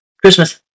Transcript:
Christmas